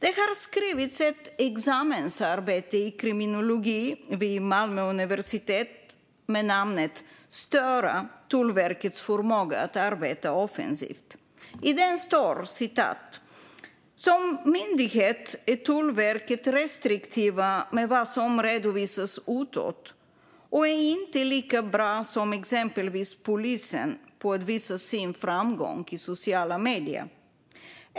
Det har skrivits ett examensarbete i kriminologi vid Malmö universitet med namnet STÖRA - Tullverkets förmåga att arbeta offensivt . Däri kan man läsa: "Som myndighet är Tullverket restriktiva med vad som redovisas utåt och är inte lika bra som exempelvis Polisen på att visa sin framgång i sociala medier.